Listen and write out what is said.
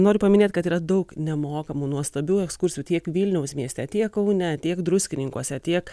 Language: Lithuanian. noriu paminėt kad yra daug nemokamų nuostabių ekskursų tiek vilniaus mieste tiek kaune tiek druskininkuose tiek